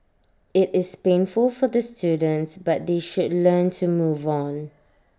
IT is painful for the students but they should learn to move on